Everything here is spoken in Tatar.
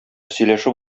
сөйләшеп